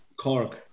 Cork